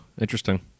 interesting